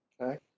okay